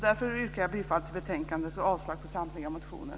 Därför yrkar jag bifall till förslaget i betänkandet och avslag på samtliga motioner.